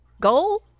goal